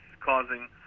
causing